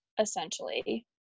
essentially